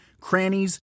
crannies